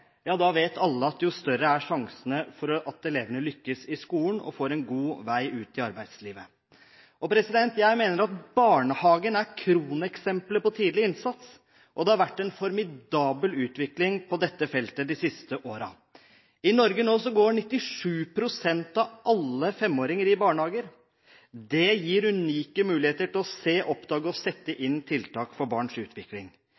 jo større er sjansene for at elevene lykkes i skolen og får en god vei ut i arbeidslivet. Jeg mener at barnehagen er kroneksempelet på tidlig innsats, og det har vært en formidabel utvikling på dette feltet de siste årene. I Norge går nå 97 pst. av alle femåringer i barnehage, og det gir unike muligheter til å se, oppdage og sette